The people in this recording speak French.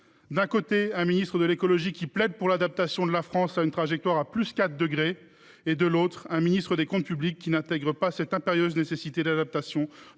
D’un côté, un ministre de l’écologie qui plaide pour l’adaptation de la France à une trajectoire à +4 degrés Celsius ; de l’autre, un ministre des comptes publics qui n’intègre pas cette impérieuse nécessité d’adaptation